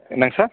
என்னங்க சார்